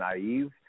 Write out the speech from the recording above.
naive